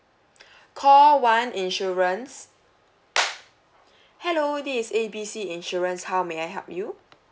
call one insurance hello this is A B C insurance how may I help you